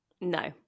no